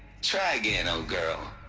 try again, old girl.